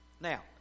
Now